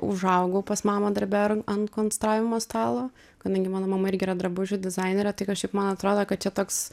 užaugau pas mamą darbe ran ant konstravimo stalo kadangi mano mama irgi yra drabužių dizainerė tai kažkaip man atrodo kad čia toks